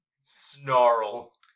snarl